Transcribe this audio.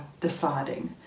deciding